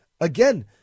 Again